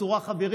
רק בצורה חברית,